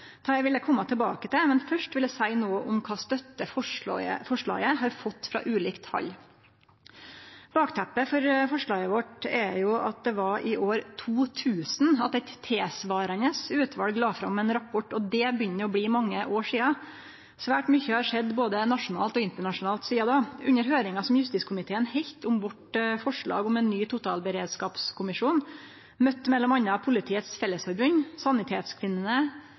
vil eg kome tilbake til, men først vil eg seie noko om kva støtte forslaget har fått frå ulikt hald. Bakteppet for forslaget vårt er at det var i år 2000 at eit tilsvarande utval la fram ein rapport, og det begynner å bli mange år sidan. Svært mykje har skjedd både nasjonalt og internasjonalt sidan då. Under høyringa som justiskomiteen heldt om vårt forslag om ein ny totalberedskapskommisjon, møtte m.a. Politiets Fellesforbund, Sanitetskvinnene,